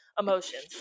emotions